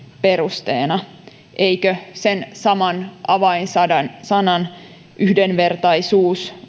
perusteena eikö sen saman avainsanan yhdenvertaisuus